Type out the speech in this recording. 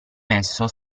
messo